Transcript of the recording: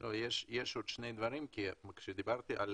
כשדיברתי על